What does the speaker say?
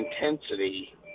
intensity